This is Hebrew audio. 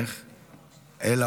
מכובדי